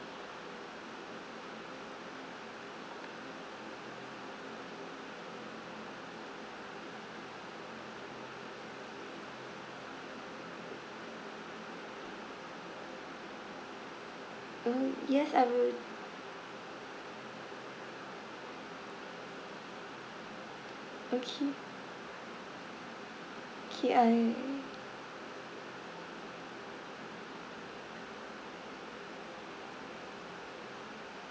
uh yes I will okay K I